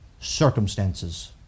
circumstances